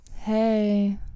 Hey